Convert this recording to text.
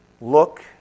Look